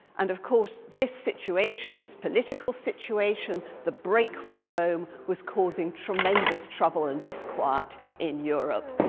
and of course this situation, this political situation, the break with rome, was causing tremendous trouble and disquiet in europe,